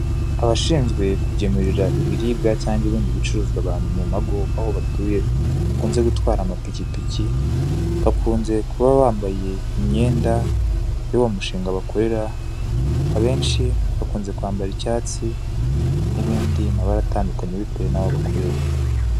Abashinzwe kugemurira bantu ibiribwa cyangwa ibindi bicururizwa abantu mu mago aho batuye bakunze gutwara amapikipiki bakunze kuba bambaye imyenda y'uwo mushinga bakorera abenshi bakunze kwambara icyatsi n'ibindi mabara atandukanye bitewe naho akorera.